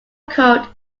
cold